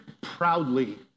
proudly